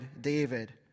David